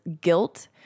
guilt